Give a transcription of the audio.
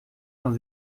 noch